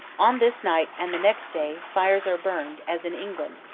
on this night and the next day, fires are burned, as in england,